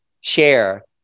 share